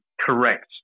correct